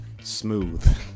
Smooth